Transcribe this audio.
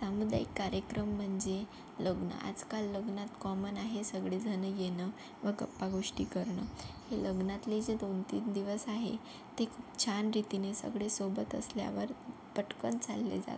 सामुदायिक कार्यक्रम म्हणजे लग्न आजकाल लग्नात कॉमन आहे सगळे जणं येणं व गप्पा गोष्टी करणं हे लग्नातले जे दोनतीन दिवस आहे ते खूप छान रीतीने सगळे सोबत असल्यावर पटकन चालले जातात